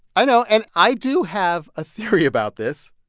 i know. and i do have a theory about this.